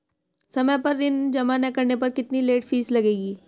समय पर ऋण जमा न करने पर कितनी लेट फीस लगेगी?